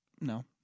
No